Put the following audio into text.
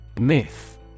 Myth